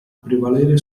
prevalere